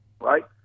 right